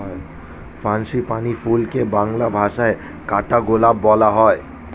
frangipani ফুলকে বাংলা ভাষায় কাঠগোলাপ বলা হয়